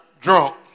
drunk